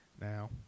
now